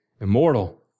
immortal